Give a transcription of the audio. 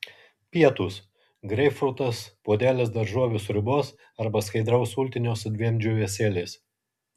pietūs greipfrutas puodelis daržovių sriubos arba skaidraus sultinio su dviem džiūvėsėliais